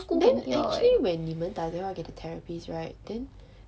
then actually when 你们打电话给 the therapist right then